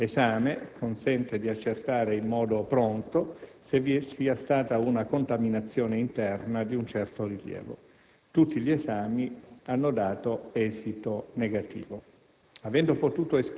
Questo esame consente di accertare in modo pronto se vi sia stata una contaminazione interna di un certo rilievo. Tutti gli esami hanno dato esito negativo.